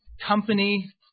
company